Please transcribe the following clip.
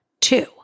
Two